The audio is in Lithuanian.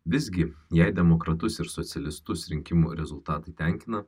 visgi jei demokratus ir socialistus rinkimų rezultatai tenkina